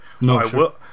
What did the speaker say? No